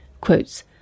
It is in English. Quotes